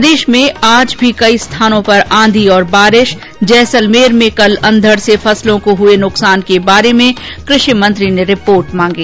प्रदेश में आज भी कई स्थानों पर आंधी और बारिश जैसलमेर में कल आंधड़ से फसलों को हये नुकसान के बारे में कृषि मंत्री ने रिपोर्ट मांगी